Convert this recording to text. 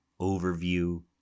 overview